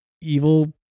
evil